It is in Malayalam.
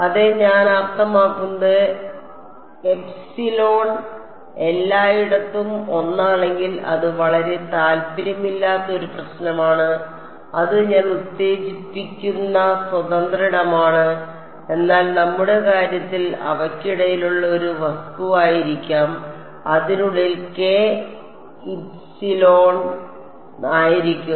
അതെ ഞാൻ അർത്ഥമാക്കുന്നത് എപ്സിലോൺ എല്ലായിടത്തും ഒന്നാണെങ്കിൽ അത് വളരെ താൽപ്പര്യമില്ലാത്ത ഒരു പ്രശ്നമാണ് അത് ഞാൻ ഉത്തേജിപ്പിക്കുന്ന സ്വതന്ത്ര ഇടമാണ് എന്നാൽ നമ്മുടെ കാര്യത്തിൽ അവയ്ക്കിടയിലുള്ള ഒരു വസ്തുവായിരിക്കാം അതിനുള്ളിൽ k ഇപ്സിലോൺ ആയിരിക്കും